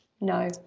no